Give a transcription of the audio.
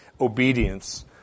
obedience